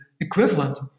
equivalent